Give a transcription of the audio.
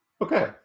Okay